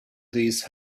these